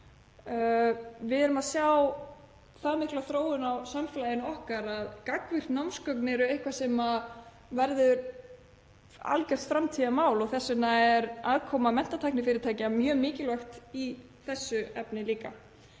Við erum að sjá mikla þróun á samfélaginu okkar og gagnvirk námsgögn eru eitthvað sem verður algjört framtíðarmál og þess vegna er aðkoma menntatæknifyrirtækja mjög mikilvæg í þessu efni líka.